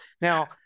now